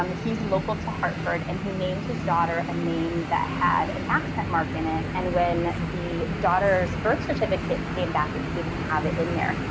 um he's local to hartford and he named his daughter a name that had an accent mark in it. and when the daughter's birth certificate came back, it didn't have it in there.